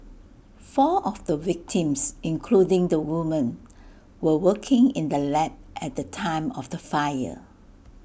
four of the victims including the woman were working in the lab at the time of the fire